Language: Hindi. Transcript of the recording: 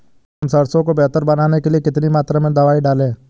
हम सरसों को बेहतर बनाने के लिए कितनी मात्रा में दवाई डालें?